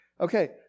Okay